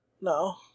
No